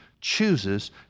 chooses